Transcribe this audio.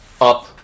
up